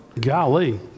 golly